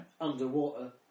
Underwater